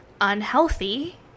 unhealthy